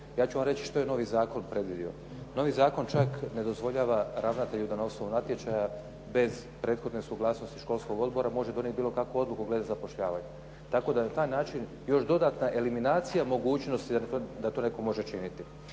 Ja ću vam reći što je novi zakon predvidio. Novi zakon čak ne dozvoljava ravnatelju da na osnovu natječaja bez prethodne suglasnosti školskog odbora može donijeti bilo kakvu odluku glede zapošljavanja. Tako da je na taj način još dodatna eliminacija mogućnosti da to netko može činiti.